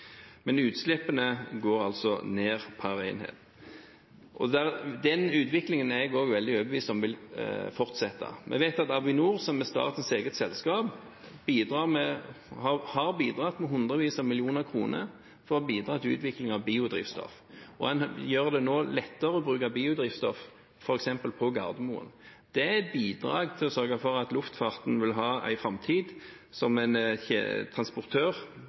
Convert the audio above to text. men utslippene går altså ned per enhet. Den utviklingen er jeg også veldig overbevist om vil fortsette. Vi vet at Avinor, som er statens eget selskap, har bidratt med hundrevis av millioner kroner til utviklingen av biodrivstoff. En gjør det nå lettere å bruke biodrivstoff f.eks. på Gardermoen. Det er et bidrag til å sørge for at luftfarten vil ha en framtid som transportør, samtidig som en